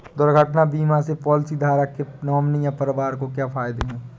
दुर्घटना बीमा से पॉलिसीधारक के नॉमिनी या परिवार को क्या फायदे हैं?